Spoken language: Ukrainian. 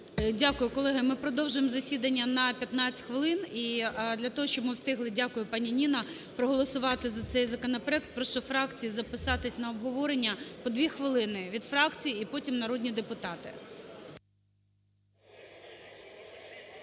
Дякую. Колеги, ми продовжуємо засідання на 15 хвилин. І для того, щоб ми встигли – дякую, пані Ніна! – проголосувати цей законопроект, прошу фракції записатися на обговорення по 2 хвилини від фракцій, і потім народні депутати.